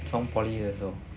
从 poly 的时候